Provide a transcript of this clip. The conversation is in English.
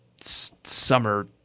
summer